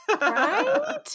Right